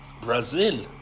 Brazil